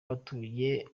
abatuye